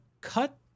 cut